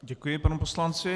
Děkuji panu poslanci.